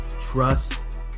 trust